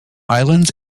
islands